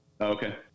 Okay